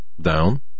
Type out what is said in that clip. down